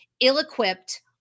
ill-equipped